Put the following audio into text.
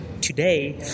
today